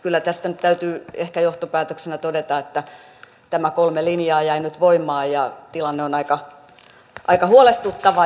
kyllä tästä nyt täytyy ehkä johtopäätöksenä todeta että nämä kolme linjaa jäivät nyt voimaan ja tilanne on aika huolestuttava